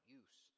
use